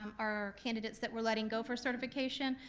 um our candidates that we're letting go for certification,